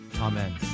Amen